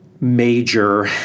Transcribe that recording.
major